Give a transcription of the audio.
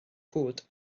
cwd